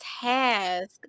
task